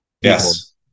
yes